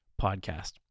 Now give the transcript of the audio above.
Podcast